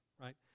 right